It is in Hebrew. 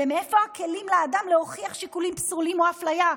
ומאיפה הכלים לאדם להוכיח שיקולים פסולים או אפליה?